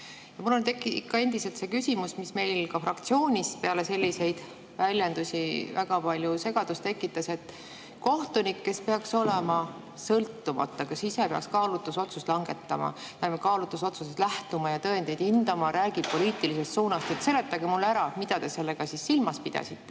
Mul on ikka endiselt see küsimus, mis meil ka fraktsioonis peale selliseid väljendusi väga palju segadust tekitas: kohtunik, kes peaks olema sõltumatu, kes ise peaks kaalutlusotsusest lähtuma ja tõendeid hindama, räägib poliitilisest suunast! Seletage mulle ära, mida te sellega silmas pidasite.